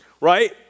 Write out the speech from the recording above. Right